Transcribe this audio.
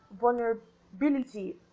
vulnerability